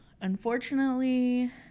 unfortunately